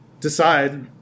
decide